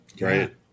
right